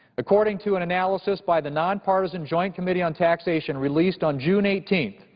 according to an analysis by the nonpartisan joint committee on taxation released on june eighteen,